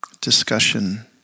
Discussion